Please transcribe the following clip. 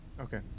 Okay